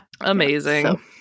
amazing